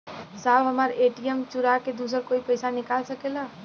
साहब हमार ए.टी.एम चूरा के दूसर कोई पैसा निकाल सकेला?